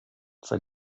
zur